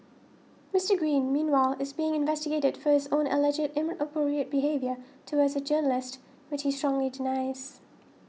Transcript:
Mister Green meanwhile is being investigated for his own alleged inappropriate behaviour towards a journalist which he strongly denies